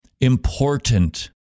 important